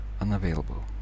unavailable